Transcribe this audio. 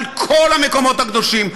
על כל המקומות הקדושים,